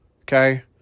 okay